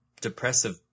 depressive